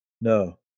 No